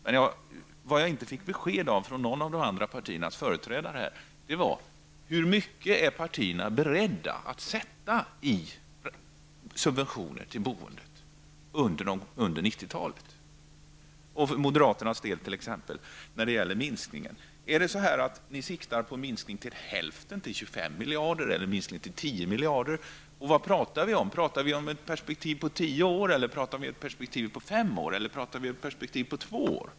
Vad jag emellertid inte fick besked om från någon av de andra partiernas företrädare var hur mycket pengar partierna är beredda att anslå i form av subventioner till boendet under 90-talet. Vad menar t.ex. moderaterna med en minskning? Siktar ni på en minskning till hälften, dvs. 25 miljarder, eller till 10 miljarder? Och vilket tidsperspektiv talar vi om? Är det ett perspektiv på tio år, på fem år eller på två år?